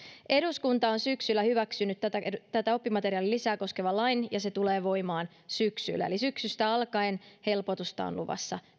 eduskunta on syksyllä hyväksynyt tätä oppimateriaalilisää koskevan lain ja se tulee voimaan syksyllä eli syksystä alkaen helpotusta on luvassa